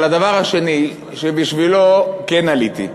הדבר השני שבשבילו כן עליתי,